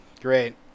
Great